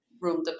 room